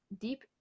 deep